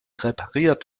repariert